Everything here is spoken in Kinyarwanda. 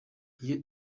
iyo